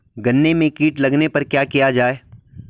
गन्ने में कीट लगने पर क्या किया जाये?